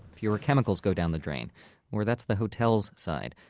fewer chemicals go down the drain or that's the hotel's side.